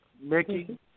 Mickey